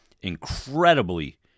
incredibly